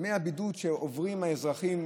ימי הבידוד שעוברים האזרחים,